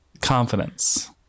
confidence